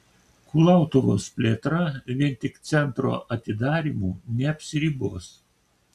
kulautuvos plėtra vien tik centro atidarymu neapsiribos